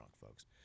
folks